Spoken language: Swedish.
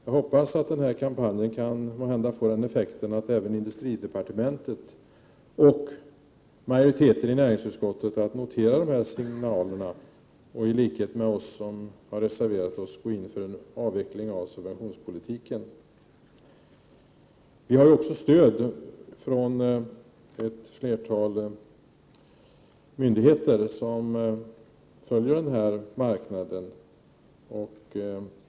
Jag hoppas att den här kampanjen kan få den effekten att även industridepartementet och majoriteten i näringsutskottet noterar de här signalerna och i likhet med oss som har reserverat oss går in för en avveckling av subventionspolitiken. Vi har också stöd från ett flertal myndigheter som följer den här marknaden.